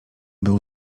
był